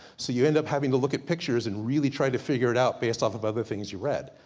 so you end up having to look at pictures, and really try to figure it out, based off of other things you read.